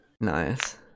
Nice